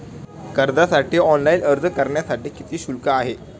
कर्जासाठी ऑनलाइन अर्ज करण्यासाठी किती शुल्क आहे?